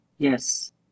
Yes